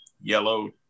yellow